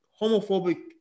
homophobic